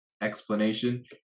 explanation